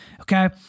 Okay